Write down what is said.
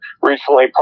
recently